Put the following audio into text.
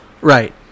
Right